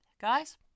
Guys